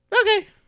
okay